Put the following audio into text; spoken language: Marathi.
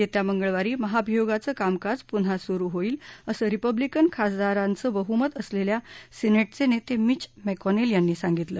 येत्या मंगळवारी महाभियोगाचं कामकाज पुन्हा सुरु होईल असं रिपब्लिकन खासदारांचं बहुमत असलेल्या सिनेटचे नेते मिच मॅकोनेल यांनी सांगितलं